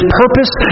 purpose